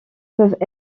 peuvent